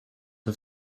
auf